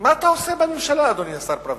מה אתה עושה בממשלה, אדוני השר ברוורמן?